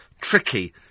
Tricky